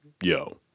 yo